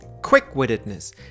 Quick-wittedness